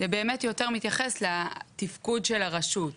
באמת יותר מתייחס לתפקוד של הרשות,